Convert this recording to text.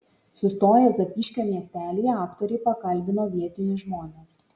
sustoję zapyškio miestelyje aktoriai pakalbino vietinius žmones